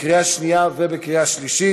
לוועדת הפנים והגנת הסביבה